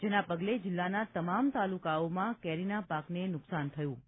જેના પગલે જિલ્લાના તમામ તાલુકાઓમાં કેરીના પાકને નુકશાન થયું હતું